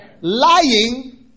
lying